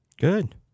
Good